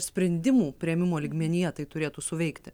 sprendimų priėmimo lygmenyje tai turėtų suveikti